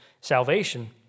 salvation